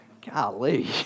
Golly